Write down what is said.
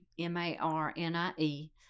m-a-r-n-i-e